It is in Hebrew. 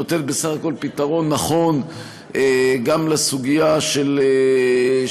שנותנת בסך הכול פתרון נכון גם לסוגיה שתמנע